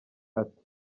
ati